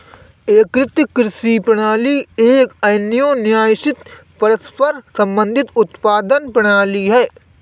एकीकृत कृषि प्रणाली एक अन्योन्याश्रित, परस्पर संबंधित उत्पादन प्रणाली है